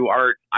art